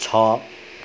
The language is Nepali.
छ